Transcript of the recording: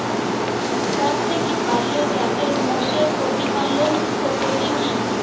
সবথেকে ভালো জাতের মোষের প্রতিপালন পদ্ধতি কি?